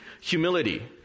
Humility